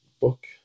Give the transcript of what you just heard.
book